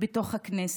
בתוך הכנסת.